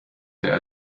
der